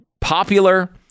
popular